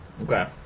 Okay